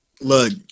Look